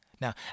Now